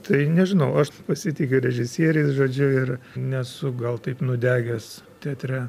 tai nežinau aš pasitikiu režisieriais žodžiu ir nesu gal taip nudegęs teatre